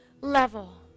level